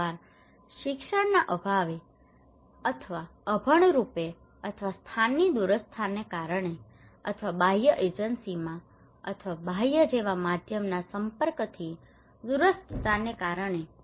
કેટલીકવાર શિક્ષણના અભાવને કારણે અથવા અભણ રૂપે અથવા સ્થાનની દૂરસ્થતાને કારણે અથવા બાહ્ય એજન્સીઓમાં અથવા બાહ્ય જેવા માધ્યમના સંપર્કની દૂરસ્થતાને કારણે